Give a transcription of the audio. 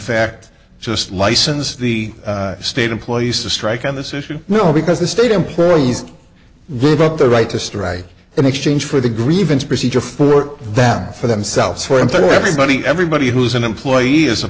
fact just license the state employees to strike on this issue no because the state employees revoke their right to strike in exchange for the grievance procedure for them for themselves who are in for everybody everybody who's an employee as a